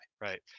right